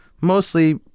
Mostly